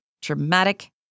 dramatic